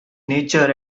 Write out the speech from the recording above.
nature